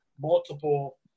multiple